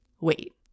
Wait